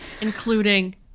including